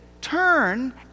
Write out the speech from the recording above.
turn